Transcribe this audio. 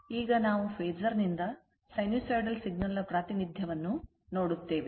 ಈಗ ನಾವು ಫೇಸರ್ನಿಂದ ಸೈನುಸೈಡಲ್ ಸಿಗ್ನಲ್ ನ ಪ್ರಾತಿನಿಧ್ಯವನ್ನು ನೋಡುತ್ತೇವೆ